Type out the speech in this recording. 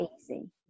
easy